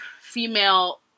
female